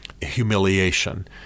humiliation